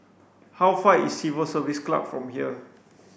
how far is Civil Service Club from here